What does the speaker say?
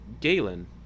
Galen